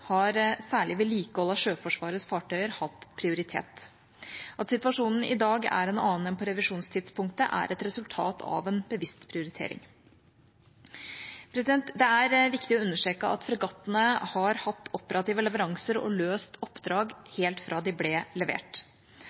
har vedlikeholdet av Sjøforsvarets fartøyer hatt prioritet. At situasjonen i dag er en annen enn på revisjonstidspunktet, er et resultat av en bevisst prioritering. Det er viktig å understreke at fregattene har hatt operative leveranser og har løst oppdrag helt fra de ble levert.